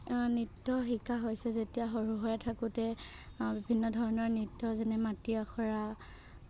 নৃত্য শিকা হৈছে যেতিয়া সৰু হৈ থাকোতে বিভিন্ন ধৰণৰ নৃত্য যেনে মাটি আখৰা